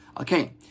Okay